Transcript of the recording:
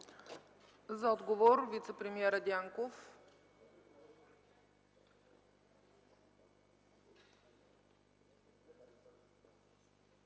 За отговор – вицепремиерът Дянков.